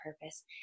purpose